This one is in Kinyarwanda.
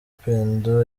pendo